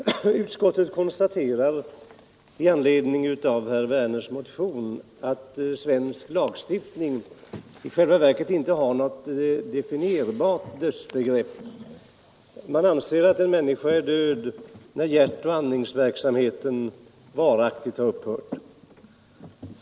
Fru talman! Utskottet konstaterar med anledning av herr Werners motion att svensk lagstiftning i själva verket inte har något definierbart dödsbegrepp. Man anser att en människa är död när hjärtoch andningsverksamheten varaktigt har upphört.